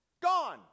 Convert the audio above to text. Gone